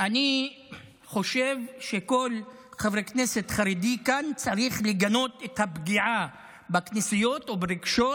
אני חושב שכל חבר כנסת חרדי כאן צריך לגנות את הפגיעה בכנסיות וברגשות